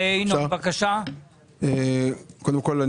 קודם כול,